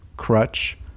crutch